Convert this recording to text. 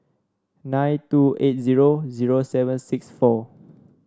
nine two eight zero zero seven six four